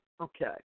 okay